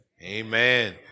Amen